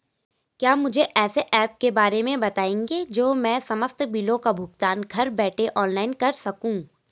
क्या मुझे ऐसे ऐप के बारे में बताएँगे जो मैं समस्त बिलों का भुगतान घर बैठे ऑनलाइन कर सकूँ?